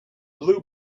blue